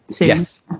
Yes